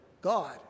God